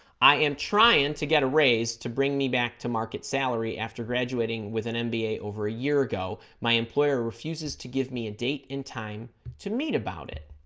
i am trying to get a raise to bring me back to market salary after graduating with an mba over a year ago my employer refuses to give me a date in time to meet about it